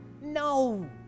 No